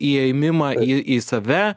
įėmimą į į save